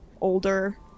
older